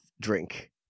drink